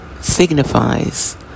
signifies